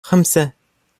خمسة